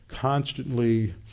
constantly